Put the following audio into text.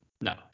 no